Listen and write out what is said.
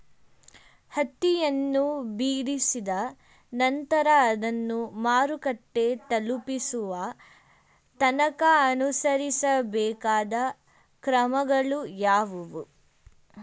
ಹತ್ತಿಯನ್ನು ಬಿಡಿಸಿದ ನಂತರ ಅದನ್ನು ಮಾರುಕಟ್ಟೆ ತಲುಪಿಸುವ ತನಕ ಅನುಸರಿಸಬೇಕಾದ ಕ್ರಮಗಳು ಯಾವುವು?